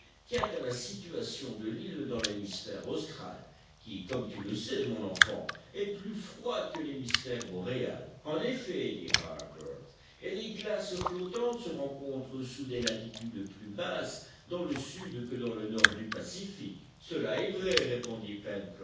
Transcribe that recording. tient à la situation de l'île dans l'hémisphère austral qui comme tu le sais mon enfant est plus froid que l'hémisphère boréal en effet dit harbert et les glaces flottantes se rencontrent sous des latitudes plus basses dans le sud que dans le nord du pacifique cela est vrai répondit